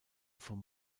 vom